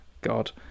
god